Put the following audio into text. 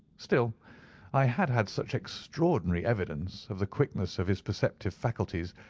still i had had such extraordinary evidence of the quickness of his perceptive faculties,